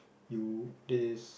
you that is